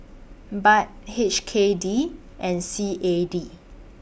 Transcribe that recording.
Baht H K D and C A D